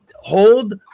hold